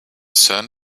sun